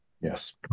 yes